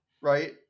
Right